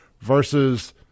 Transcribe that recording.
versus